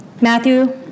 Matthew